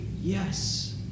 yes